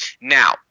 Now